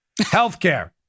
Healthcare